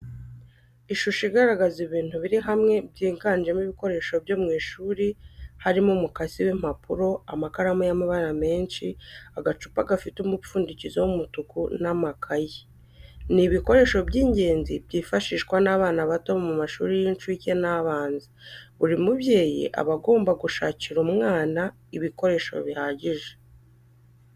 Ishusho igaragaza ibintu biri hamwe byiganjemo ibikoreso byo mu ishuri, harimo umukasi w'impapuro, amakaramu y'amabara menshi, agacupa gafite umupfundikizo w'umutuku n'amakayi. Ni ibikoresho by'ingenzi byifashishwa n'abana bato bo mu mashuri y'incuke n'abanza, buri mubyeyi aba agomba gushakira umwana ibikoresho bihagije.